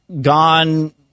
Gone